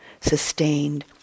sustained